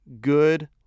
good